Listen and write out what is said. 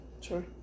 Sure